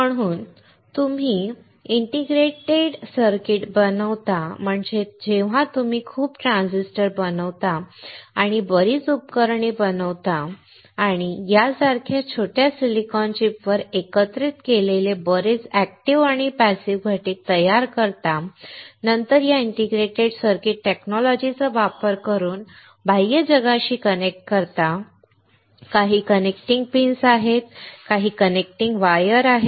म्हणून जेव्हा तुम्ही इंटिग्रेटेड सर्किट बनवता म्हणजे जेव्हा तुम्ही खूप ट्रान्झिस्टर बनवता किंवा बरीच उपकरणे बनवता किंवा यासारख्याच छोट्या सिलिकॉन चिपवर एकत्रित केलेले बरेच एक्टिव आणि पॅसिव्ह घटक तयार करता आणि नंतर या इंटिग्रेटेड सर्किट तंत्रज्ञान चा वापर करून बाह्य जगाशी कनेक्ट करता काही कनेक्टिंग पिन आहेत आणि काही कनेक्टिंग वायर आहेत